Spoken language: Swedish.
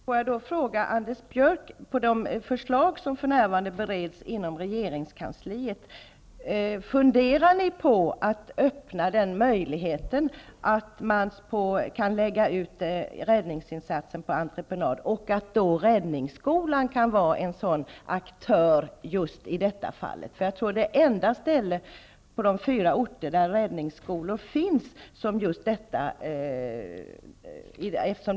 Fru talman! Jag vill fråga Anders Björck om man i samband med att förslag för närvarande bereds inom regeringskansliet om att lägga ut räddningsinsatser på entreprenad också funderar på att öppna en möjlighet att låta räddningsskolan vara en aktör i ett sådant fall. Jag tror att detta är det enda ställe på de fyra orter där räddningsskolor finns som detta är aktuellt.